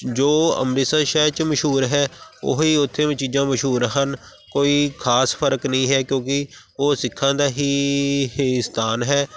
ਜੋ ਅੰਮ੍ਰਿਤਸਰ ਸ਼ਹਿਰ 'ਚ ਮਸ਼ਹੂਰ ਹੈ ਉਹੀ ਉੱਥੇ ਵੀ ਚੀਜ਼ਾਂ ਮਸ਼ਹੂਰ ਹਨ ਕੋਈ ਖਾਸ ਫਰਕ ਨਹੀਂ ਹੈ ਕਿਉਂਕਿ ਉਹ ਸਿੱਖਾਂ ਦਾ ਹੀ ਹੀ ਸਥਾਨ ਹੈ